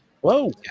Whoa